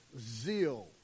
zeal